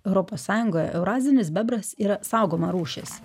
europos sąjungoje eurazinis bebras yra saugoma rūšis